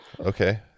Okay